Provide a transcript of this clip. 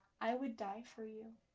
i would die for you.